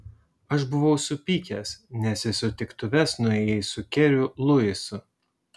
aš buvau supykęs nes į sutiktuves nuėjai su keriu luisu